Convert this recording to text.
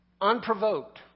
unprovoked